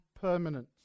permanent